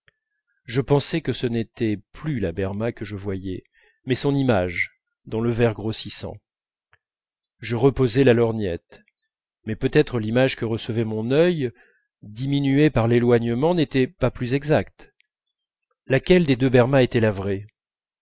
je pensais que ce n'était plus la berma que je voyais mais son image dans le verre grossissant je reposai la lorgnette mais peut-être l'image que recevait mon œil diminuée par l'éloignement n'était pas plus exacte laquelle des deux berma était la